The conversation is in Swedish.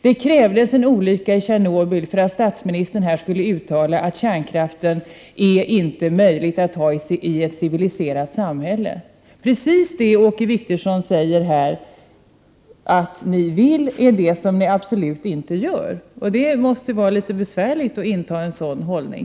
Det krävdes en olycka i Tjernobyl för att statsministern skulle uttala att kärnkraft inte är möjligt att ha i ett civiliserat samhälle. Precis det som Åke Wictorsson säger här att ni vill gör ni absolut inte. Det måste vara litet besvärligt att inta en sådan hållning.